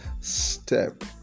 step